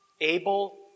Abel